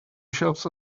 shelves